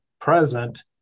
present